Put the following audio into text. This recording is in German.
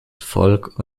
folk